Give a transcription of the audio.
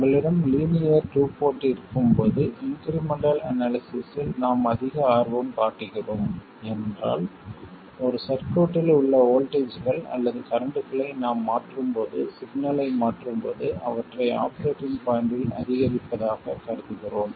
உங்களிடம் linear two port இருக்கும் போது இன்க்ரிமெண்டல் அனாலிசிஸ்ஸில் நாம் அதிக ஆர்வம் காட்டுகிறோம் ஏனென்றால் ஒரு சர்க்யூட்டில் உள்ள வோல்ட்டேஜ்கள் அல்லது கரண்ட்களை நாம் மாற்றும்போது சிக்னலை மாற்றும்போது அவற்றை ஆபரேட்டிங் பாய்ண்ட்டில் அதிகரிப்பதாகக் கருதுகிறோம்